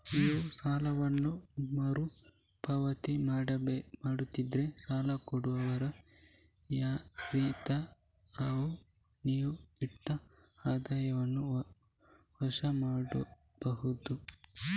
ನೀವು ಸಾಲವನ್ನ ಮರು ಪಾವತಿ ಮಾಡದಿದ್ರೆ ಸಾಲ ಕೊಟ್ಟವರು ಯಾರಿರ್ತಾರೆ ಅವ್ರು ನೀವು ಇಟ್ಟ ಆಧಾರವನ್ನ ವಶ ಮಾಡ್ಕೋಬಹುದು